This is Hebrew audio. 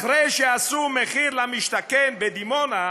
אחרי שעשו מחיר למשתכן בדימונה,